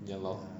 ya lor